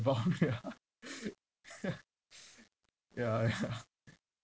about ya ya ya